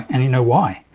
and you know why?